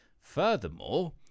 Furthermore